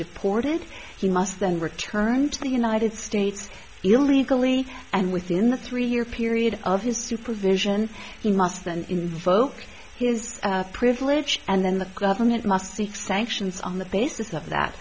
deported he must then return to the united states illegally and within the three year period of his supervision he must then invoke his privilege and then the government must seek sanctions on the basis of that